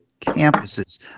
campuses